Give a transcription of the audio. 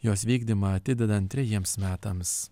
jos vykdymą atidedant trejiems metams